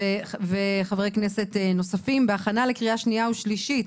וחברי כנסת נוספים, בהכנה לקריאה שנייה ושלישית.